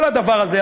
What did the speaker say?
כל הדבר הזה,